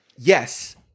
yes